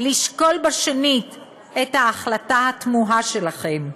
לשקול שנית את ההחלטה התמוהה שלכם.